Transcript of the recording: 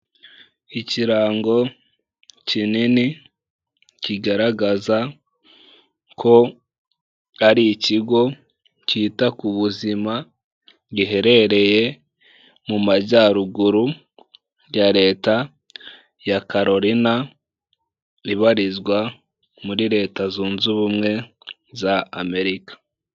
Ikirango kinini kigaragaza ko ari ikigo kita ku buzima, giherereye mu majyaruguru ya leta ya Carolina ibarizwa muri leta zunze ubumwe z'Amerika.